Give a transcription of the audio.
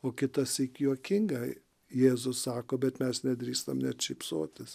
o kitąsyk juokingai jėzus sako bet mes nedrįstam net šypsotis